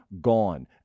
gone